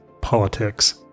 politics